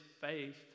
faith